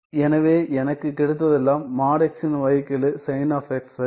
எனவே எனக்கு கிடைத்ததெல்லாம் |x| இன் வகைக்கெழு sgn சரியா